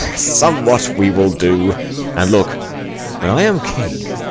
somewhat we will do and, look when i am king,